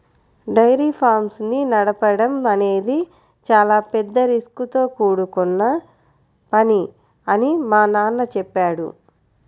dairy farms ని నడపడం అనేది చాలా పెద్ద రిస్కుతో కూడుకొన్న పని అని మా నాన్న చెప్పాడు